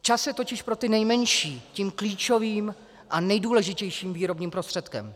Čas je totiž pro ty nejmenší tím klíčovým a nejdůležitějším výrobním prostředkem.